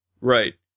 Right